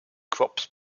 crops